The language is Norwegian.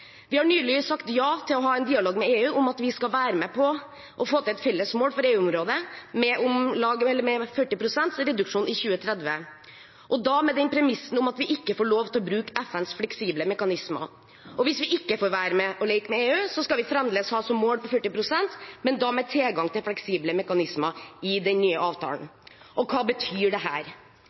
Vi har nylig sagt ja til å ha en dialog med EU om at vi skal være med på å få til et felles mål med EU-området med om lag 40 pst. reduksjon i 2030, og da med den premissen at vi ikke får lov til å bruke FNs fleksible mekanismer. Hvis vi ikke får være med og leke med EU, skal vi fremdeles ha 40 pst. som mål, men da med tilgang til fleksible mekanismer i den nye avtalen. Hva betyr det?